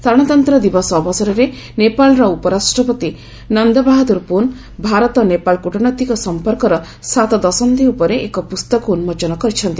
ସାଧାରଣତନ୍ତ୍ର ଦିବସ ଅବସରରେ ନେପାଳର ଉପରାଷ୍ଟ୍ରପତି ନନ୍ଦବାହାଦୁର ପୁନ୍ ଭାରତ ନେପାଳ କୁଟନୈତିକ ସମ୍ପର୍କର ସାତ ଦଶନ୍ଧି ଉପରେ ଏକ ପୁସ୍ତକ ଉନ୍ଜୋଚନ କରିଛନ୍ତି